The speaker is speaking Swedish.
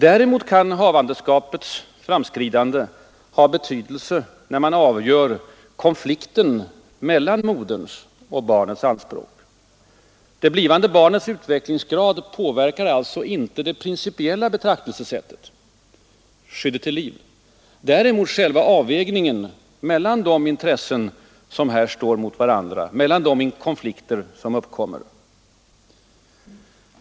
Däremot kan havandeskapets framskridande ha betydelse vid avgörandet av konflikten mellan moderns och barnets anspråk. Det blivande barnets utvecklingsgrad påverkar alltså inte det principiella betraktelsesättet — skyddet till liv —, däremot själva avvägningen mellan de intressen som här står mot varandra, mellan de konflikter som kan uppkomma.